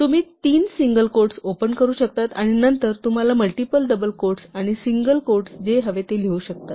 तुम्ही तीन single quotes open करू शकता आणि नंतर तुम्हाला मल्टिपल डबल क्वोट्स आणि सिंगल क्वोट्ससह जे हवे ते लिहू शकता